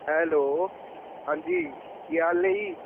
hello ਹਾਂਜੀ ਕੀ ਹਾਲ ਨੇ ਜੀ